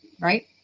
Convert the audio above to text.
right